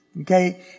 Okay